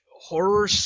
horror